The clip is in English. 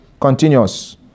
Continuous